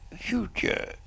future